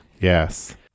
Yes